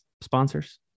sponsors